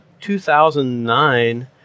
2009